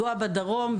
גואה בדרום,